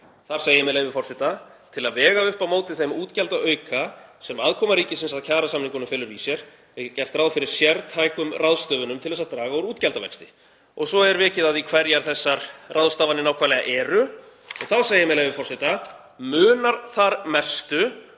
Þar segir, með leyfi forseta: „Til að vega upp á móti þeim útgjaldaauka, sem aðkoma ríkisins að kjarasamningunum felur í sér, er gert ráð fyrir sértækum ráðstöfunum til að draga úr útgjaldavexti.“ Svo er vikið að því hverjar þessar ráðstafanir nákvæmlega eru og þá segir, með leyfi forseta: „Munar þar mestu